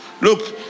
Look